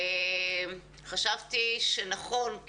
חשבתי שנכון,